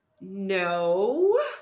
No